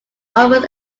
offers